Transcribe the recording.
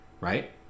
Right